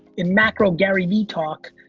in macro garyvee talk,